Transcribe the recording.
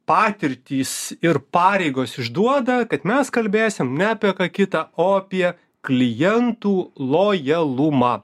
patirtys ir pareigos išduoda kad mes kalbėsim ne apie ką kita o apie klientų lojalumą